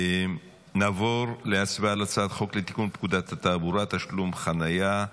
אנחנו נעבור להצבעה על הצעת חוק לתיקון פקודת התעבורה (תשלום דמי חניה),